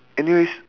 anyways